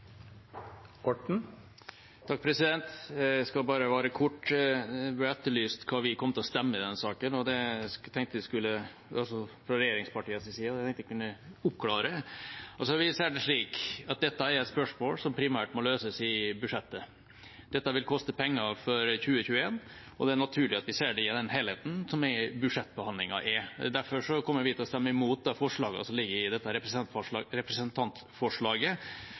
Jeg skal være kort. Det ble etterlyst hvordan vi fra regjeringspartienes side kommer til å stemme i denne saken, og jeg tenkte jeg kunne oppklare det. Vi ser det slik at dette er et spørsmål som primært må løses i budsjettet. Dette vil koste penger for 2021, og det er naturlig at vi ser det i den helheten som budsjettbehandlingen er. Derfor kommer vi til å stemme imot det forslaget som ligger i representantforslaget, og de som er fremmet i denne saken nå. Jeg tror de aller fleste ser at dette